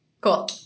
cool